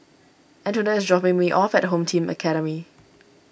Antonette is dropping me off at Home Team Academy